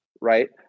Right